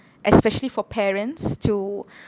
especially for parents to